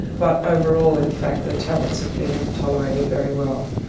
but overall in fact the tablets have been tolerated very well.